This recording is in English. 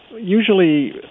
Usually